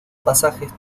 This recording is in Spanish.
pasajes